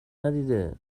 ندیده